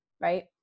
right